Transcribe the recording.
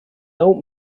old